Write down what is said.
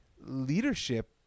Leadership